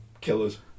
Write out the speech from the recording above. Killers